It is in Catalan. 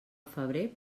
febrer